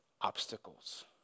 obstacles